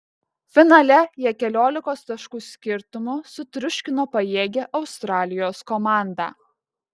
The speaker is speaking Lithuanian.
finale jie keliolikos taškų skirtumu sutriuškino pajėgią australijos komandą